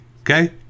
Okay